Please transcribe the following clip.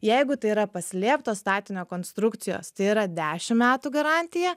jeigu tai yra paslėptos statinio konstrukcijos tai yra dešim metų garantija